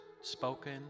spoken